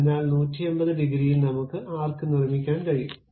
അതിനാൽ 180 ഡിഗ്രിയിൽ നമുക്ക് ആർക്ക് നിർമ്മിക്കാൻ കഴിയും